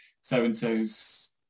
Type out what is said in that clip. so-and-so's